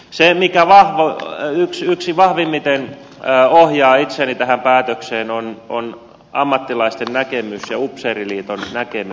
se mikä vahvimmin ohjaa itseäni tähän päätökseen on ammattilaisten näkemys ja upseeriliiton näkemys